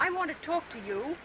i want to talk to you